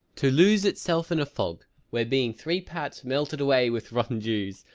to lose itself in a fog where being three parts melted away with rotten dews,